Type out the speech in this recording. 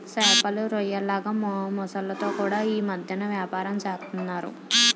సేపలు, రొయ్యల్లాగే మొసల్లతో కూడా యీ మద్దెన ఏపారం సేస్తన్నారు